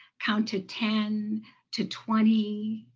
count to ten to twenty,